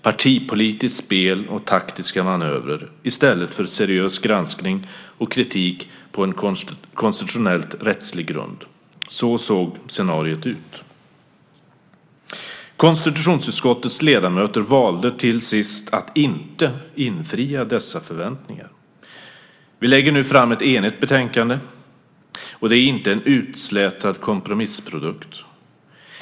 Partipolitiskt spel och taktiska manövrer i stället för seriös granskning och kritik på en konstitutionellt rättslig grund - så såg scenariot ut. Konstitutionsutskottets ledamöter valde till sist att inte infria dessa förväntningar. Vi lägger nu fram ett enigt betänkande. Och det är inte en utslätad kompromissprodukt.